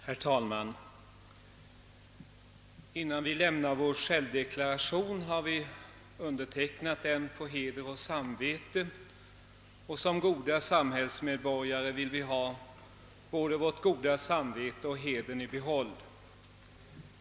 Herr talman! Innan vi lämnar vår självdeklaration har vi undertecknat den på heder och samvete, och som goda samhällsmedborgare vill vi ha både vårt goda samvete och hedern i behåll.